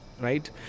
right